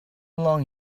long